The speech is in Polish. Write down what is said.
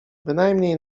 bynajmniej